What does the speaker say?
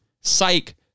Psych